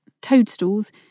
toadstools